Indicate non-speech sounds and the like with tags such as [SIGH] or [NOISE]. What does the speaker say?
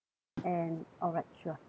and alright sure [BREATH]